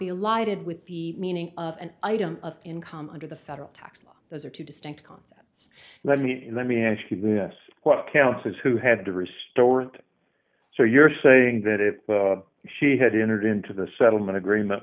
be allied with the meaning of an item of income under the federal tax those are two distinct concepts let me let me ask you what counts is who had to restore it so you're saying that if she had entered into the settlement agreement